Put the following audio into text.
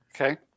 Okay